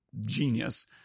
genius